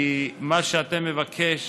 כי מה שאתה מבקש